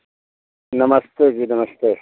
नमस्ते जी नमस्ते